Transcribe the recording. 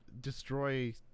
destroy